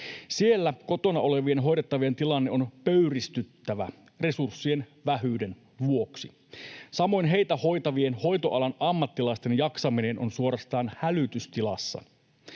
Siellä kotona olevien hoidettavien tilanne on pöyristyttävä resurssien vähyyden vuoksi. Samoin heitä hoitavien hoitoalan ammattilaisten jaksaminen on suorastaan hälytystilassa.